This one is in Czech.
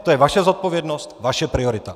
To je vaše zodpovědnost, vaše priorita.